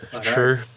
True